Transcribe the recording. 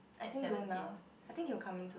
I think don't lah I think you will coming soon